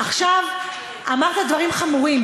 אמרת דברים חמורים.